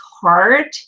heart